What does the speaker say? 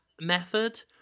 method